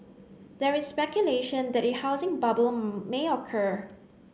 there is speculation that a housing bubble may occur